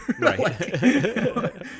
Right